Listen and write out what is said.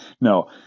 no